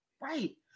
right